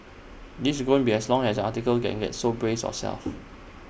this is going be as long as article can get so brace of yourself